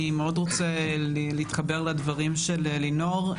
אני מאוד רוצה להתחבר לדברים של לינור.